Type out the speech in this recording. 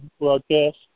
broadcast